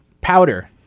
Powder